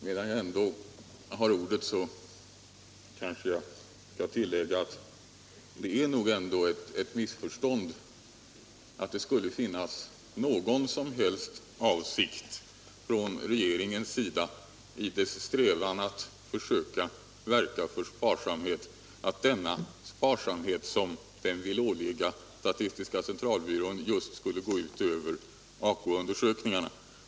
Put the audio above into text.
Medan jag har ordet skall jag kanske tillägga att det nog ändå är ett missförstånd att tro att regeringen, i sin strävan att verka för att man skall vara sparsam och när den vill ålägga statistiska centralbyrån sparsamhet, haft någon som helst avsikt att detta skall gå ut över just AKU undersökningarna.